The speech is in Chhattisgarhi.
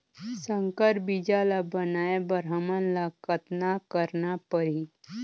संकर बीजा ल बनाय बर हमन ल कतना करना परही?